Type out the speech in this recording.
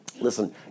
Listen